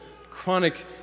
chronic